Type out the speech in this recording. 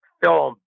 film